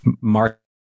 Mark